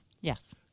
Yes